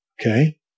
Okay